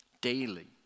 daily